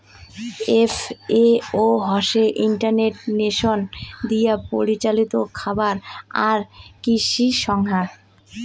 FAO হসে United Nations দিয়াপরিচালিত খাবার আর কৃষি সংস্থা